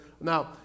now